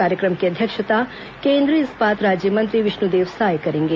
कार्यक्रम की अध्यक्षता केन्द्रीय इस्पात राज्य मंत्री विष्णुदेव साय करेंगे